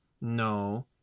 No